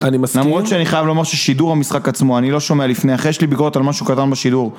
למרות שאני חייב לומר ששידור המשחק עצמו אני לא שומע לפני אחרי, לכן יש לי ביקורת על מה שקרה בשידור